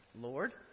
Lord